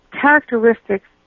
characteristics